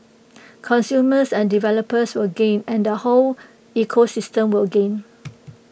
consumers and developers will gain and the whole ecosystem will gain